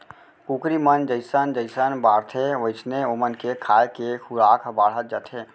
कुकरी मन जइसन जइसन बाढ़थें वोइसने ओमन के खाए के खुराक ह बाढ़त जाथे